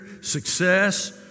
success